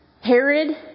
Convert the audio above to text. Herod